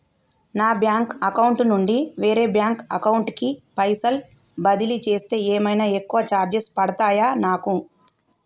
నా bank account నుండి వేరే బ్యాంక్ అకౌంట్ కి పైసల్ బదిలీ చేస్తే ఏమైనా ఎక్కువ చార్జెస్ పడ్తయా నాకు?